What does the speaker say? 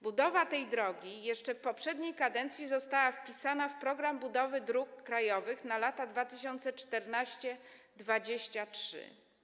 Budowa tej drogi jeszcze w poprzedniej kadencji została wpisana w „Program budowy dróg krajowych na lata 2014-2023”